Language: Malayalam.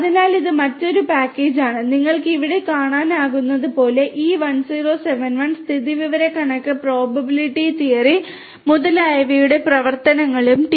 അതിനാൽ ഇത് മറ്റൊരു പാക്കേജാണ് നിങ്ങൾക്ക് ഇവിടെ കാണാനാകുന്നതുപോലെ e1071 സ്ഥിതിവിവരക്കണക്ക് പ്രോബബിലിറ്റി തിയറി മുതലായവയുടെ പ്രവർത്തനങ്ങളും ടി